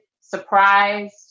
surprised